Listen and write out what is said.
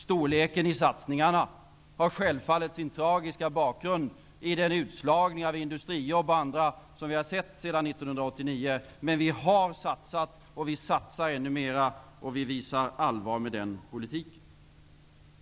Storleken i satsningarna har självfallet sin tragiska bakgrund i utslagningen av industrijobb och andra jobb, men vi har satsat och satsar ännu mera, och vi visar allvar med politiken.